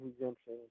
exemption